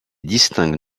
distingue